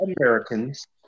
Americans